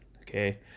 okay